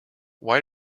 why